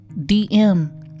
DM